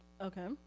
Okay